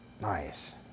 Nice